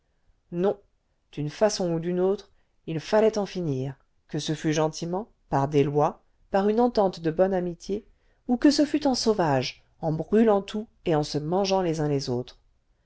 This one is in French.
non d'une façon ou d'une autre il fallait en finir que ce fût gentiment par des lois par une entente de bonne amitié ou que ce fût en sauvages en brûlant tout et en se mangeant les uns les autres